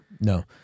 no